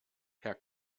herr